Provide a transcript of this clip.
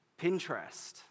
Pinterest